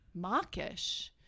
Mockish